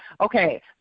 Okay